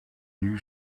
you